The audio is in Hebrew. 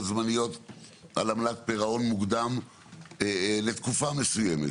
זמניות על עמלת פירעון מוקדם לתקופה מסוימת,